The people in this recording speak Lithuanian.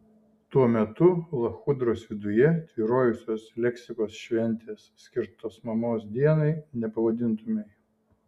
tuo metu lachudros viduje tvyrojusios leksikos šventės skirtos mamos dienai nepavadintumei